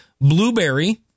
Blueberry